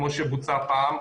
כמו שבוצע פעם,